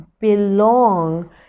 belong